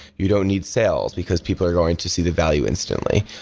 you don't need sales because people are going to see the value instantly.